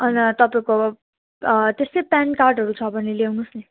अन्त तपाईँको त्यस्तै प्यानकार्डहरू छ भने ल्याउनुहोस् नि